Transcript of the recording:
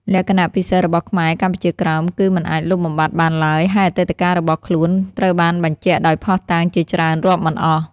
លក្ខណះពិសេសរបស់ខ្មែរកម្ពុជាក្រោម គឺមិនអាចលុបបំបាត់បានឡើយ ហើយអតីតភាពរបស់ខ្លួនត្រូវបានបញ្ជាក់ដោយភស្តុតាងជាច្រើនរាប់មិនអស់ ។